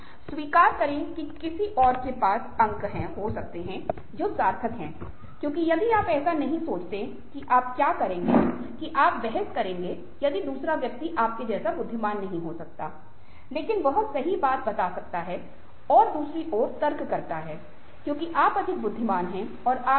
स्वीकार करें कि किसी और के पास अंक हो सकते हैं जो सार्थक हैं क्योंकि यदि आप ऐसा नहीं सोचते हैं कि आप क्या करेंगे की आप बहस करेंगे यदि दूसरा व्यक्ति आपके जैसा बुद्धिमान नहीं हो सकता है लेकिन वह सही बात बता सकता है दूसरी ओर आप तर्क करते हैं क्योंकि आप अधिक बुद्धिमान हैं और आप आश्वस्त हैं